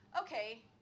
okay